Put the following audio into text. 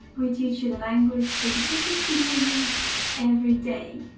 we teach you the language which british people use every day.